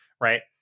right